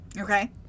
Okay